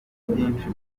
byinshi